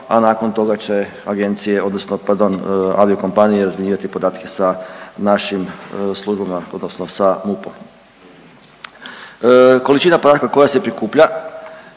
a nakon toga će agencije odnosno pardon aviokompanije razmjenjivati podatke sa našim službama, odnosno sa MUP-om. Količina podatka koja se prikuplja